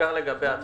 בעיקר לגבי התחולה.